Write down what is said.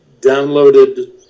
downloaded